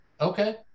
Okay